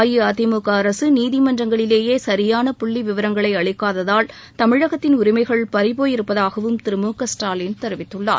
அஇஅதிமுக அரசு நீதிமன்றங்களிலேயே சரியான புள்ளி விவரங்களை அளிக்காததால் தமிழகத்தின் உரிமைகள் பறிபோயிருப்பதாகவும் திரு மு க ஸ்டாலின் தெரிவித்துள்ளார்